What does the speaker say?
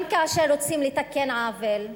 גם כאשר רוצים לתקן עוול,